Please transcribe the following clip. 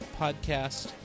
podcast